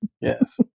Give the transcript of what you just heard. Yes